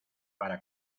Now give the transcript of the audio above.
para